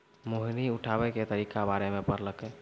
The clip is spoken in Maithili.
मोहिनी उठाबै के तरीका बारे मे पढ़लकै